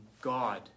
God